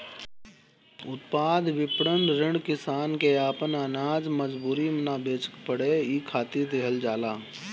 उत्पाद विपणन ऋण किसान के आपन आनाज मजबूरी में ना बेचे के पड़े इ खातिर देहल जाला